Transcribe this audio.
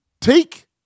take